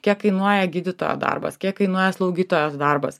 kiek kainuoja gydytojo darbas kiek kainuoja slaugytojos darbas